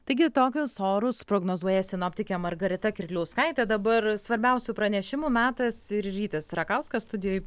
taigi tokius orus prognozuoja sinoptikė margarita kirkliauskaitė dabar svarbiausių pranešimų metas ir rytis rakauskas studijoj